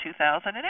2008